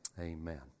Amen